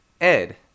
Ed